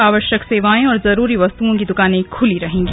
आवयक सेवाएं और जरूरी वस्तुओं की दुकाने खुली रहेंगी